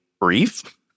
brief